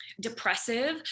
depressive